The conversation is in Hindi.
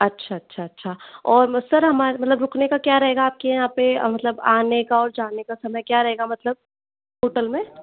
अच्छा अच्छा अच्छा और सर हमारे मतलब रुकने का क्या रहेगा आपके यहाँ पे मतलब आने का और जाने का समय क्या रहेगा मतलब होटल में